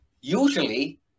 Usually